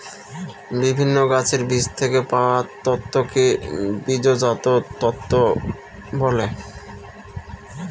বিভিন্ন গাছের বীজ থেকে পাওয়া তন্তুকে বীজজাত তন্তু বলে